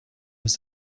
was